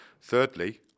thirdly